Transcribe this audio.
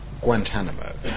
Guantanamo